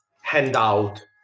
handout